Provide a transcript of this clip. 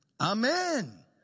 Amen